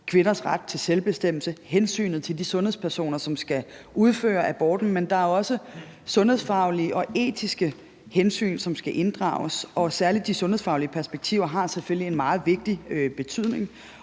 kvinders ret til selvbestemmelse og hensynet til de sundhedspersoner, som skal udføre aborten, men der er også sundhedsfaglige og etiske hensyn, som skal inddrages, og særlig de sundhedsfaglige perspektiver har selvfølgelig en meget vigtig betydning.